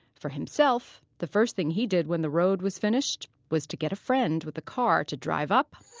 for himself, the first thing he did when the road was finished was to get a friend with a car to drive up